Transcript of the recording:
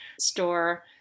store